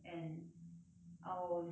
I will just